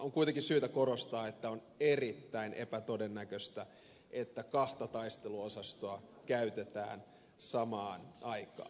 on kuitenkin syytä korostaa että on erittäin epätodennäköistä että kahta taisteluosastoa käytetään samaan aikaan